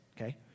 okay